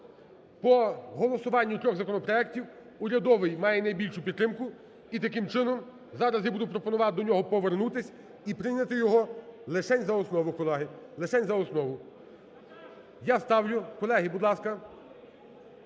по голосуванню трьох законопроектів, урядовий має найбільшу підтримку. І, таким чином, зараз я буду пропонувати до нього повернутись і прийняти його лишень за основу, колеги, лишень за основу. Я ставлю… Колеги, будь ласка,